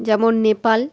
যেমন নেপাল